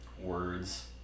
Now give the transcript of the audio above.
words